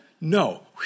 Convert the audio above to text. No